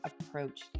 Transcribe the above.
approach